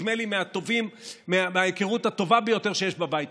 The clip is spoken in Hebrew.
נדמה לי מההיכרות הטובה ביותר שיש בבית